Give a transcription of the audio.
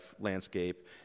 landscape